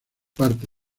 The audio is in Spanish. parte